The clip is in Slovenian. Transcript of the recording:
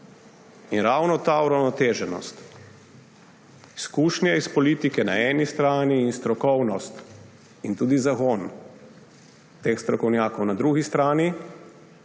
Ravno ta uravnoteženost izkušnje iz politike na eni strani in strokovnost ter tudi zagon teh strokovnjakov na drugi strani